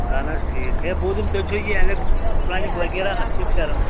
اہن حظ ٹھیٖک ہے بوٗزُم تُہۍ چھو یہِ الیکٹرانِک وغیرہ اَتھ سۭتۍ کَران